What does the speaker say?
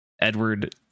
Edward